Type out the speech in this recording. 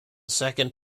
second